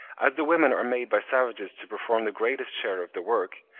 as the women are made by savages to perform the greatest share of the work,